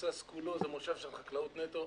מבוסס כולו זה מושב של חקלאות נטו.